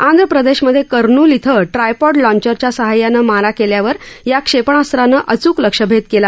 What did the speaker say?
आंध्र प्रदेश मधे कर्नूल इथं ट्रायपॉड लाँचरच्या साहाय्यानं मारा केल्यावर या क्षेपणास्त्रानं अच्क लक्ष्यभेद केला